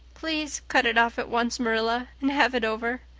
please cut it off at once, marilla, and have it over.